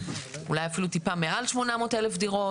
אולי אפילו טיפה מעל 800,000 דירות.